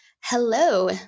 Hello